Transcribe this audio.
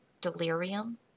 delirium